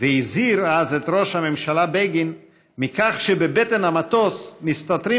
והזהיר אז את ראש הממשלה בגין מכך שבבטן המטוס מסתתרים